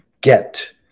get